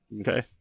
okay